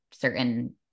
certain